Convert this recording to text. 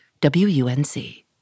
WUNC